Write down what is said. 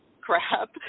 crap